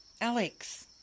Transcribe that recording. Alex